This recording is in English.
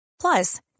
Plus